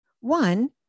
One